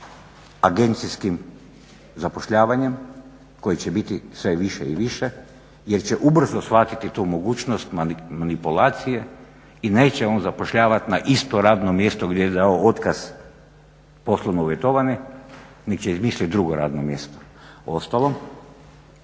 agencijskim zapošljavanjem koje će biti sve više i više jer će ubrzo shvatiti tu mogućnost manipulacije i neće on zapošljavati na isto radno mjesto gdje je dao otkaz poslovno uvjetovani, nego će izmisliti drugo radno mjesto. Uostalom